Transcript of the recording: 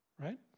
right